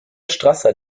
strasser